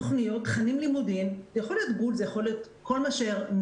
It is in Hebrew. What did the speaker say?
תוכניות או תכנים לימודיים זה יכול להיות גול ויכול להיות כל מה שהראו